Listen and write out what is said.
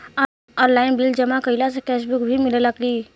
Online bill जमा कईला से कैश बक भी मिलेला की?